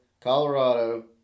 Colorado